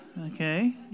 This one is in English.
Okay